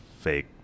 fake